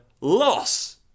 loss